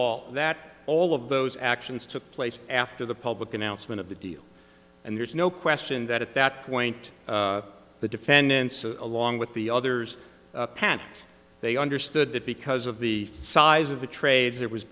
all that all of those actions took place after the public announcement of the deal and there's no question that at that point the defendants along with the others panicked they understood that because of the size of the trades there was